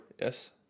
Yes